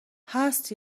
هست